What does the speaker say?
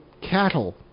cattle